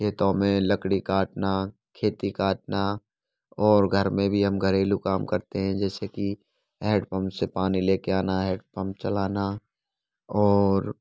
खेतों में लकड़ी काटना खेती काटना और घर में भी हम घरेलू काम करते हैं जैसे कि हैडपंप से पानी लेकर आना हैंडपम्प चलाना और